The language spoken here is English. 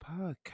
podcast